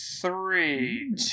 Three